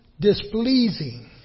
displeasing